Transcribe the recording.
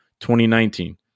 2019